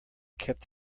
kept